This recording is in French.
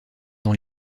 dans